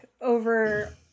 over